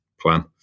plan